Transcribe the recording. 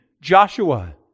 Joshua